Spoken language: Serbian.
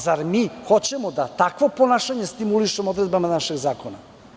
Zar mi hoćemo da takvo ponašanje stimulišemo odredbama našeg zakona?